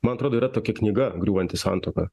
man atrodo yra tokia knyga griūvanti santuoka